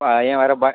பையன் வேற ப